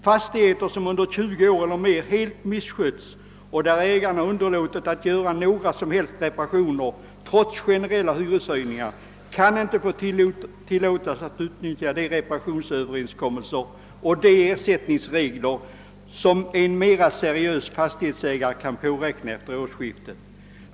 Fastigheter som under 20 år eller mer misskötts och där ägarna underlåtit att göra några som helst reparationer, trots generella hyreshöjningar, kan inte få tillåtas att utnyttja de reparationsöverenskommelser och de ersättningsregler som en mera seriös fastighetsägare kan påräkna efter årsskiftet.